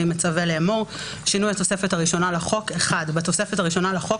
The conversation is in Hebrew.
אני מצווה לאמור: שינוי התוספת הראשונה לחוק 1. בתוספת הראשונה לחוק,